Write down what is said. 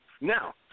Now